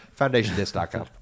FoundationDisc.com